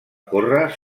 córrer